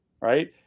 Right